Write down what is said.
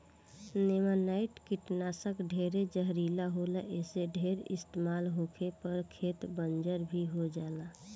नेमानाइट कीटनाशक ढेरे जहरीला होला ऐसे ढेर इस्तमाल होखे पर खेत बंजर भी हो जाला